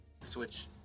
switch